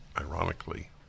ironically